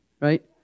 right